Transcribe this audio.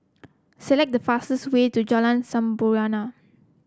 select the fastest way to Jalan Sampurna